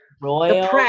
Royal